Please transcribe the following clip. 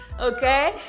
Okay